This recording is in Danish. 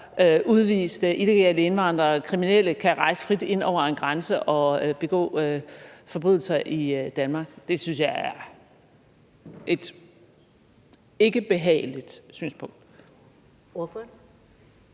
udviste illegale indvandrere og kriminelle kan rejse frit ind over grænsen og begå forbrydelser i Danmark. Det synes jeg er et ikke behageligt synspunkt.